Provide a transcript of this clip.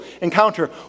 encounter